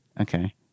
Okay